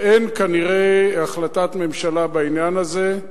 ואין כנראה החלטת ממשלה בעניין הזה,